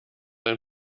ein